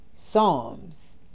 Psalms